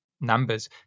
numbers